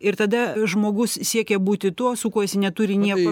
ir tada žmogus siekia būti tuo su kuo jis neturi nieko